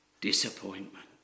disappointment